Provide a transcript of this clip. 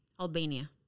Albania